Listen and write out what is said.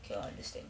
cannot understand